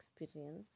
experience